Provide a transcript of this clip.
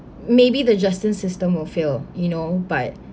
maybe the justice system will fail you know but